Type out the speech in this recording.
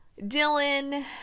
Dylan